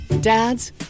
Dads